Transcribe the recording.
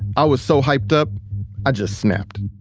i was so hyped up i just snapped.